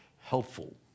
helpful